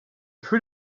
für